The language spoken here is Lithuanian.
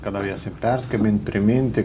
kada jiems ir perskambint priminti